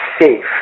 safe